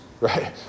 right